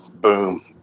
boom